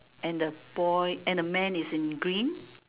and the boy and the man is in green